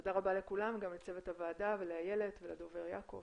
תודה רבה לכולם גם לצוות הוועדה ולאיילת ולדובר יעקב.